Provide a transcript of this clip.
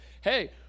Hey